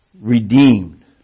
redeemed